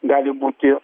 gali būti